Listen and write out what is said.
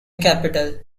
capitol